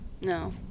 no